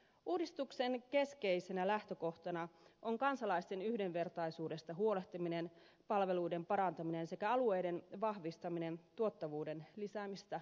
uudistuksen keskeisenä lähtökohtana on kansalaisten yhdenvertaisuudesta huolehtiminen palveluiden parantaminen sekä alueiden vahvistaminen tuottavuuden lisäämistä unohtamatta